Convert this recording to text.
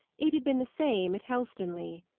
it had been the same at helstonleigh.